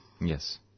Yes